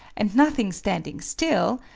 and nothing standing still,